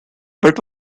but